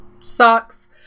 sucks